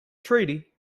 treaty